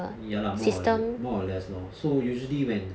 ya lah more or more or less lor so usually when